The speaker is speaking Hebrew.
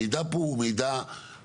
המידע פה הוא לא מידע סופר-רגיש,